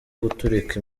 guturika